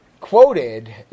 quoted